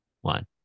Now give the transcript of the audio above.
one